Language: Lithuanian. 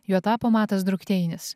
juo tapo matas drukteinis